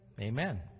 Amen